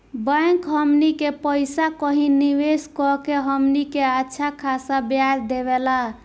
bank हमनी के पइसा कही निवेस कऽ के हमनी के अच्छा खासा ब्याज देवेला